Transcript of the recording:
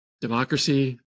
democracy